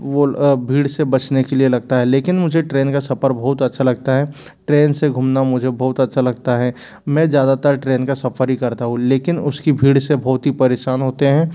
वह भीड़ से बचने के लिए लगता है लेकिन मुझे ट्रेन का सफ़र बहुत अच्छा लगता है ट्रेन से घूमना मुझे बहुत अच्छा लगता है मैं ज़्यादातर ट्रेन का सफ़र ही करता हू लेकिन उसकी भीड़ से बहुत ही परेशान होते हैं